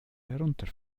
herunter